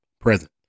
Present